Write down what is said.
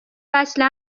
اصلا